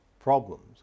problems